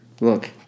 Look